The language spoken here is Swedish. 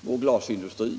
vår glasindustri.